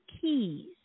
keys